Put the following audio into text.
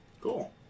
Cool